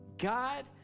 God